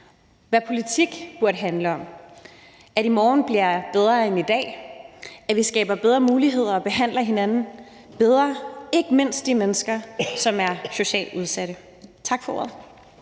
hvad politik burde handle om, nemlig at i morgen skal blive bedre end i dag, og at vi skaber bedre muligheder og behandler hinanden bedre, ikke mindst de mennesker, som er socialt udsatte. Tak for ordet.